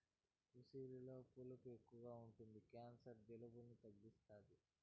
ఉసిరిలో పులుపు ఎక్కువ ఉంటది క్యాన్సర్, జలుబులను తగ్గుతాది